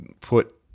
put